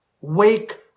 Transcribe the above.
Wake